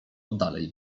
dalej